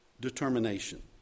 determination